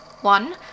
one